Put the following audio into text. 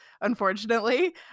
unfortunately